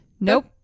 Nope